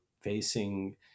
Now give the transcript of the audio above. facing